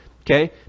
okay